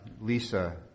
Lisa